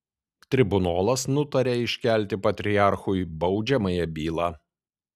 tribunolas nutaria iškelti patriarchui baudžiamąją bylą